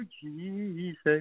Jesus